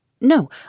No